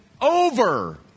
over